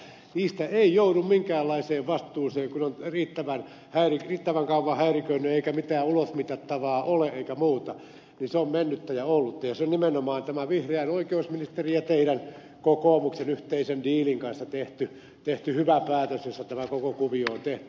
niistä ei joudu minkäänlaiseen vastuuseen kun on riittävän kauan häiriköinyt eikä mitään ulosmitattavaa ole eikä muuta niin se on mennyttä ja ollutta ja se on nimenomaan tämän vihreän oikeusministerin ja teidän kokoomuksen yhteisen diilin kanssa tehty hyvä päätös jossa tämä koko kuvio on tehty